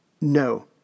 no